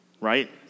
Right